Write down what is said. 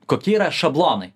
koki yra šablonai